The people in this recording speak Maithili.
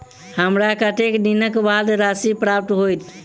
हमरा कत्तेक दिनक बाद राशि प्राप्त होइत?